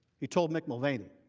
he told mick mulvaney.